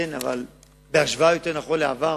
בהשוואה לעבר,